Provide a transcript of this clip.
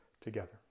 together